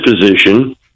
position